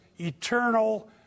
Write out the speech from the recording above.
eternal